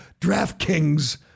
DraftKings